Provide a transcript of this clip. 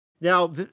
Now